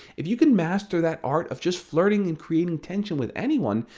if you can master that art of just flirting and creating tension with anyone,